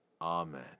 Amen